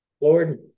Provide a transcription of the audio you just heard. Lord